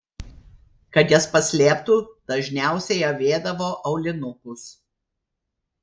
kad jas paslėptų dažniausiai avėdavo aulinukus